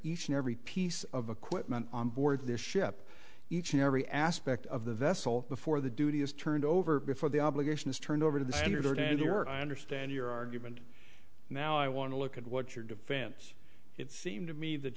each and every piece of equipment on board this ship each and every aspect of the vessel before the duty is turned over before the obligation is turned over to the senator to endure i understand your argument now i want to look at what your defense it seemed to me that